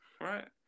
right